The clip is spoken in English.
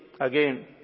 again